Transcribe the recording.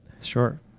Sure